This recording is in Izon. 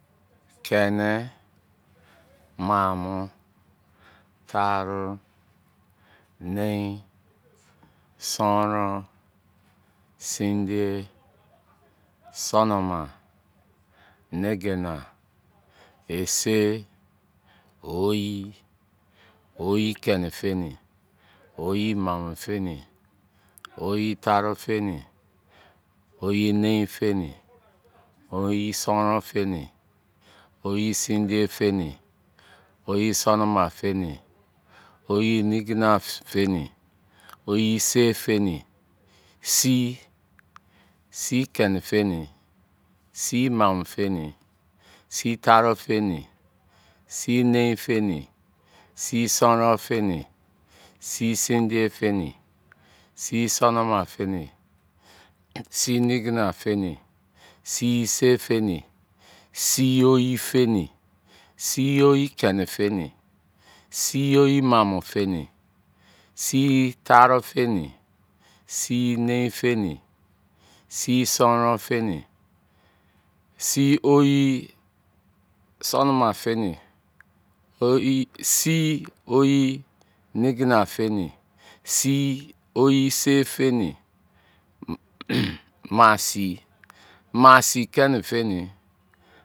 Kéni, maamọ, taarọ, nein, sọnrọn, sindiye, sonọma, nigina, ise, oyi keni-feni, oyi maamọ-feni, oyi taarọ-feni, oyi nein-feni, oyi sonron-feni, oyi sindiye-feni, oyi sonoma-feni, oyi nigine-feni, sii, sii keni-feni, sii maamọ-feni. Sii taaro-feni, sii nein-feni, sii sonron-feni, sii sindiye-feni, sii sonoma-feni, sii nigina-feni, sii ise-feni, sii oyi-feni, sii oyi kein-feni, sii oyi maamọ-feni, sii oyi taaro-feni, sii oyi nein-feni, sii oyi sonron-feni, sii oyi nigina-feni, sii oyi ise-feni, maa sii, maa sii keni-feni